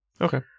Okay